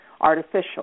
artificial